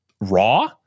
raw